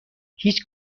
هیچ